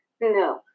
No